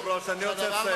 תעשו כמוני.